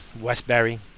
Westbury